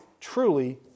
truly